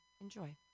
Enjoy